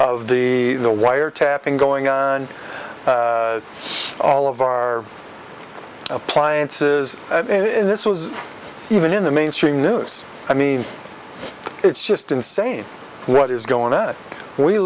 of the the wiretapping going on all of our appliances in this was even in the mainstream news i mean it's just insane what is going on we